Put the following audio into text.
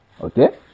Okay